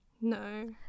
no